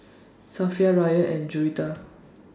Safiya Ryan and Juwita